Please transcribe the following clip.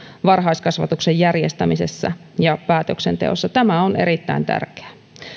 varhaiskasvatuksen järjestämisessä ja päätöksenteossa tämä on erittäin tärkeää